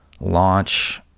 launch